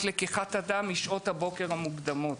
לקיחת הדם היא שעות הבוקר המוקדמות.